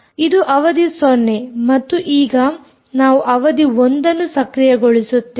ಇದು ಅವಧಿ 0 ಮತ್ತು ಈಗ ನಾವು ಅವಧಿ 1 ನ್ನು ಸಕ್ರಿಯಗೊಳಿಸುತ್ತೇವೆ